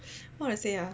what I want to say ah